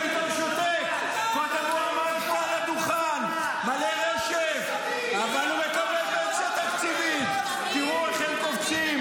ויש פה מישהו שמקבל פנסיה תקציבית שפתאום שותק.